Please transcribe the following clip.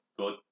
good